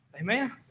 Amen